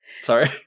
Sorry